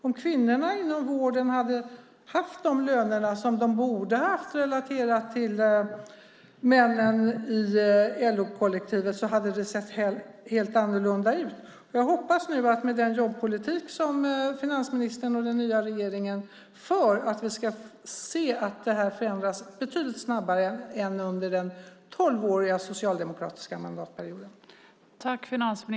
Om kvinnorna inom vården hade haft de löner som de borde ha haft i relation till männen i LO-kollektivet hade det sett helt annorlunda ut. Jag hoppas att vi med den jobbpolitik som finansministern och den nya regeringen för ska se att detta förändras betydligt snabbare än under den tolvåriga socialdemokratiska mandatperioden.